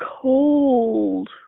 cold